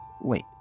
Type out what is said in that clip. Wait